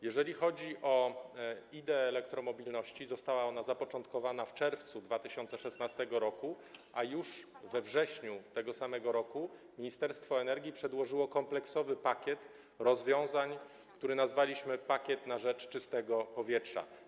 Jeżeli chodzi o ideę elektromobilności, została ona zapoczątkowana w czerwcu 2016 r., a już we wrześniu tego samego roku Ministerstwo Energii przedłożyło kompleksowy pakiet rozwiązań, który nazwaliśmy „Pakiet na rzecz czystego transportu”